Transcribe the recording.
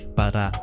para